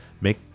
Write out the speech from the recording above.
make